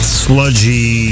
sludgy